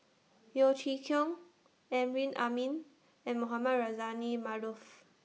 Yeo Chee Kiong Amrin Amin and Mohamed Rozani Maarof